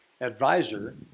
advisor